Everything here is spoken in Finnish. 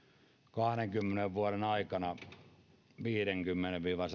kahdenkymmenen vuoden aikana viisikymmentä viiva